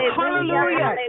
Hallelujah